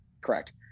correct